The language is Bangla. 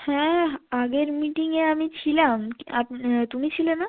হ্যাঁ আগের মিটিংয়ে আমি ছিলাম আপ তুমি ছিলে না